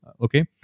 okay